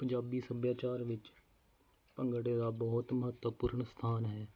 ਪੰਜਾਬੀ ਸੱਭਿਆਚਾਰ ਵਿੱਚ ਭੰਗੜੇ ਦਾ ਬਹੁਤ ਮਹੱਤਵਪੂਰਨ ਸਥਾਨ ਹੈ